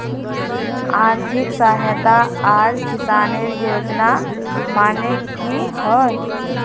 आर्थिक सहायता आर किसानेर योजना माने की होय?